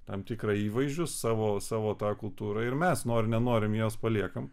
tam tikrą įvaizdžiu savo savo tą kultūrą ir mes nori nenorim juos paliekam